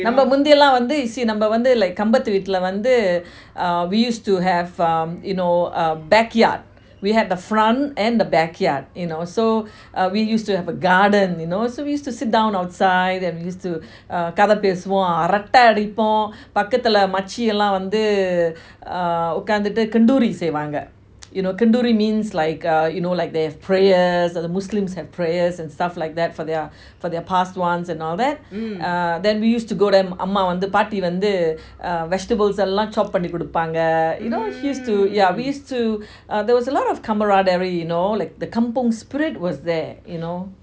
முந்தியெல்லாம் வந்து:munthiyellam vanthu you see நம்ம வந்து கம்பத்து வீட்டுலலாம் வந்து:namma vanthu kambathu veetulalam vanthu we used to have um you know um backyard we had the front and the backyard you know so we used to have a garden you know so we used to sit down outside and used to கடக பேசுவோம் ஆறாத அடிப்போம் பக்கத்துல மகிழம் வந்து உக்காந்து கந்தூரி செய்வாங்க கிந்தூரி:kadaha peasuvom aarata adipom pakathula machilam vanthu ukanthu kanduri seivanga kinduri means like uh you know there are prayers the muslims have prayers and stuff like that for their passed ones and all that then we used to go and அம்மா வந்து பாடி வந்து:amma vanthu paati vanthu vegetables எல்லாம்:ellam chop பண்ணி குடுப்பாங்க:panni kudupanga you know used to yeah we used to uh there was a lot of camaraderie you know like the kampong spirit was there you know